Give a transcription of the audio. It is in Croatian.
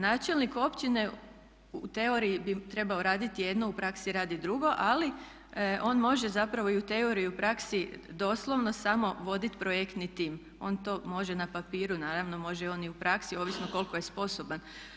Načelnik općine u teoriji bi trebao raditi jedno a u praksi raditi drugo, ali on može zapravo i u teoriji i u praksi doslovno samo voditi projektni tim, on to može na papiru, naravno može on i u praksi, ovisno koliko je sposoban.